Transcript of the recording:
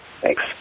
Thanks